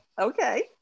Okay